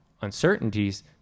uncertainties